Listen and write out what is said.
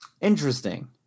interesting